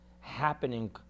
happening